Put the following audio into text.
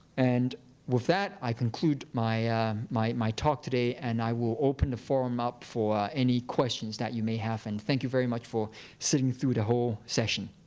and with that, i conclude my my talk today, and i will open the forum up for any questions that you may have. and thank you very much for sitting through the whole session.